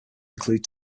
include